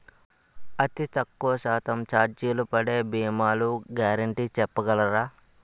అతి తక్కువ శాతం ఛార్జీలు పడే భీమాలు గ్యారంటీ చెప్పగలరా?